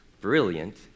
brilliant